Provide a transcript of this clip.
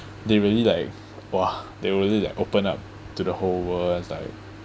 they really like !wah! they really like open up to the whole world it's like